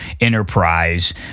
enterprise